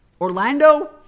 Orlando